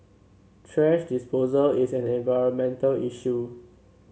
thrash disposal is an environmental issue